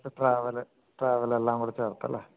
travel travel എല്ലാം കൂടെ ചേർത്തല്ലേ